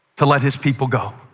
to let his people go